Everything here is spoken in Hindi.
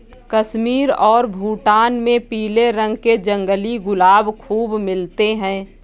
कश्मीर और भूटान में पीले रंग के जंगली गुलाब खूब मिलते हैं